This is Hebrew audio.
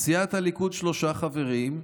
סיעת הליכוד, שלושה חברים: